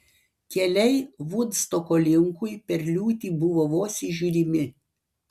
keliai vudstoko linkui per liūtį buvo vos įžiūrimi